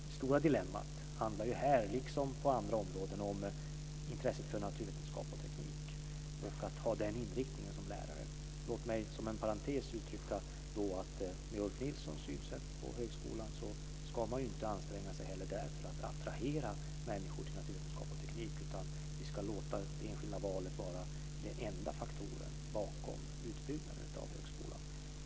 Det stora dilemmat handlar ju här, liksom på andra områden, om intresset för naturvetenskap och teknik, och om att ha den inriktningen som lärare. Låt mig som en parentes uttrycka att man med Ulf Nilssons sätt att se på högskolan inte heller där ska anstränga sig för att attrahera människor till naturvetenskap och teknik, utan vi ska låta det enskilda valet vara den enda faktorn bakom utbyggnaden av högskolan.